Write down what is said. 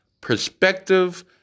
perspective